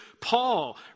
Paul